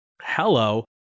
Hello